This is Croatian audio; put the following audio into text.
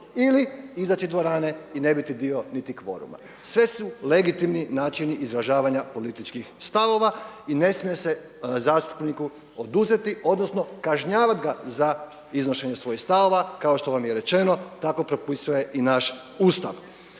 Ili izaći iz dvorane i ne biti dio niti kvoruma. Sve su legitimni načini izražavanja političkih stavova i ne smije se zastupniku oduzeti, odnosno kažnjavat ga za iznošenje svojih stavova kao što vam je rečeno tako propisuje i naš Ustav.